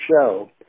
show